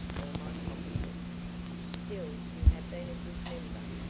or my pocket-book still you have been a good member,